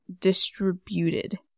distributed